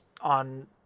on